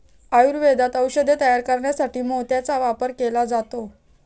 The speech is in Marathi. आयुर्वेदात औषधे तयार करण्यासाठी मोत्याचा वापर केला जातो